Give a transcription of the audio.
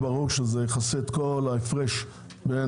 שיכסה את כל ההפרש.